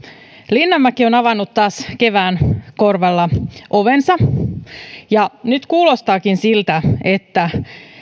linnanmäki on avannut taas kevään korvalla ovensa nyt kuulostaakin siltä että